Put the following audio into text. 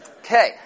Okay